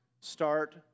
start